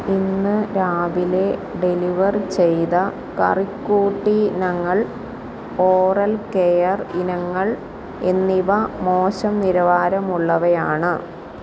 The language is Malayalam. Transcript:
ഇന്ന് രാവിലെ ഡെലിവർ ചെയ്ത കറിക്കൂട്ടിനങ്ങൾ ഓറൽ കെയർ ഇനങ്ങൾ എന്നിവ മോശം നിലവാരമുള്ളവയാണ്